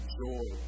joy